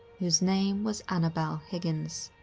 whose name was annabelle higgins.